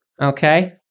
Okay